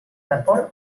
vapor